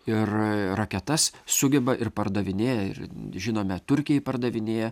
ir raketas sugeba ir pardavinėja ir žinome turkijai pardavinėja